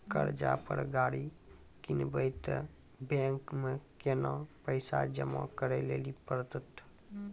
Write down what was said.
कर्जा पर गाड़ी किनबै तऽ बैंक मे केतना पैसा जमा करे लेली पड़त?